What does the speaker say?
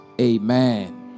Amen